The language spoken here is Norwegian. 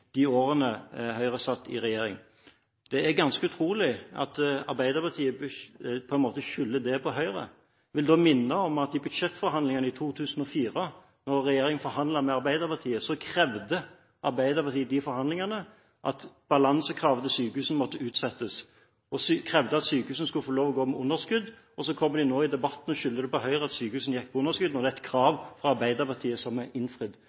regjering. Det er ganske utrolig at Arbeiderpartiet på en måte skylder på Høyre. Jeg vil minne om at i budsjettforhandlingene i 2004, da regjeringen forhandlet med Arbeiderpartiet, krevde Arbeiderpartiet at balansekravet til sykehusene måtte utsettes, og krevde at sykehusene skulle få lov til å gå med underskudd. Og så kommer de nå i debatten og skylder på Høyre for at sykehusene gikk med underskudd, når det er et krav fra Arbeiderpartiet som er innfridd.